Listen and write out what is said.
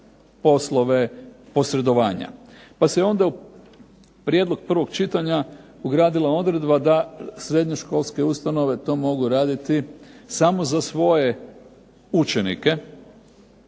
poslove posredovanja. Pa se onda prijedlog prvog čitanja ugradila odredba da srednjoškolske ustanove to mogu raditi samo za svoje učenike,